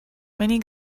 many